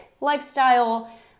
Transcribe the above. lifestyle